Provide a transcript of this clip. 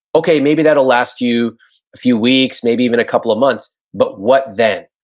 okay, maybe that'll last you a few weeks, maybe even a couple of months, but what then?